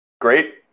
great